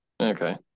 Okay